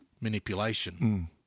manipulation